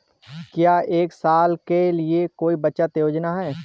क्या एक साल के लिए कोई बचत योजना है?